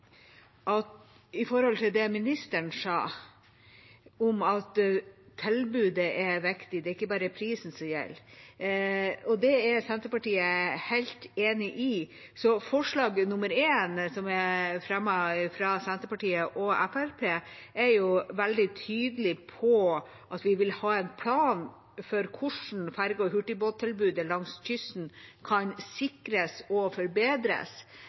det ministeren sa om at tilbudet er viktig, det er ikke bare prisen som gjelder. Det er Senterpartiet helt enig i. Forslag nr. 1, som er fremmet fra Senterpartiet og Fremskrittspartiet, er veldig tydelig på at vi vil ha en plan for hvordan ferge- og hurtigbåttilbudet langs kysten kan sikres og forbedres.